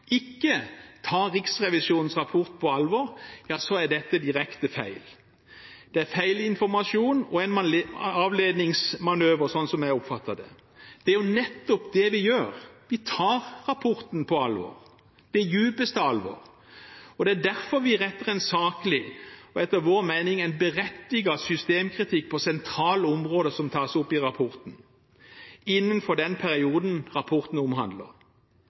ikke tar Riksrevisjonens rapport på alvor. Dette er direkte feil. Det er feilinformasjon og en avledningsmanøver, sånn jeg oppfatter det. Det er nettopp det vi gjør, vi tar rapporten på alvor, det dypeste alvor. Det er derfor vi retter en saklig og etter vår mening en berettiget systemkritikk på sentrale områder som tas opp i rapporten, innenfor den perioden rapporten omhandler.